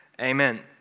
Amen